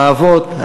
האבות,